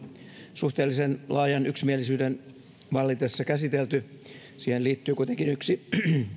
suhteellisen laajan yksimielisyyden vallitessa käsitelty siihen liittyy kuitenkin yksi